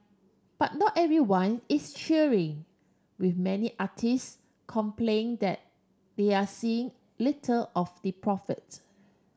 but not everyone is cheering with many artists complaining that they are seeing little of the profit